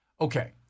Okay